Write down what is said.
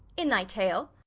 in thy tale.